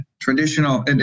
traditional